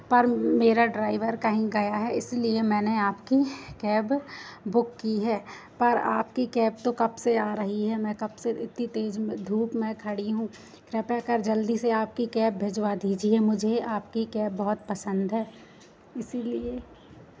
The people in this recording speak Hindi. पर मेरा ड्राइवर कहीं गया है इसलिए मैंने आपकी कैब बुक की है पर आपकी कैब तो कब से आ रही है मैं कब से इतनी तेज़ में धूप में खड़ी हूँ कृपया कर जल्दी से आपकी कैब भिजवा दीजिए मुझे आपकी कैब बहुत पसंद है इसीलिए